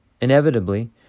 inevitably